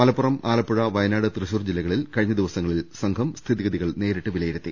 മലപ്പുറം ആലപ്പുഴ വയനാട് തൃശൂർ ജില്ലകളിൽ കഴിഞ്ഞ ദിവസങ്ങളിൽ സംഘം സ്ഥിതി ഗതികൾ നേരിട്ട് വിലയി രുത്തി